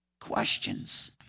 questions